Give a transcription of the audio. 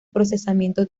procesamiento